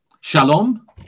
Shalom